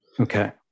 Okay